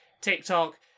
TikTok